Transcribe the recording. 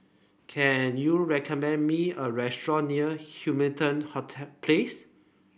can you recommend me a restaurant near Hamilton Place